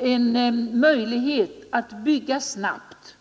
en möjlighet att bygga snabbt.